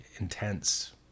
Intense